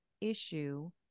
issue